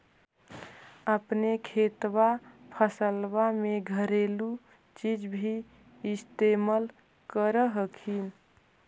अपने खेतबा फसल्बा मे घरेलू चीज भी इस्तेमल कर हखिन?